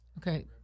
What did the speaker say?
Okay